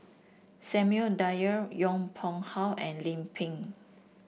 Samuel Dyer Yong Pung How and Lim Pin